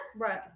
Right